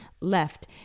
left